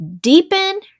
deepen